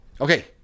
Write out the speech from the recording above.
okay